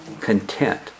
Content